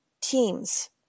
teams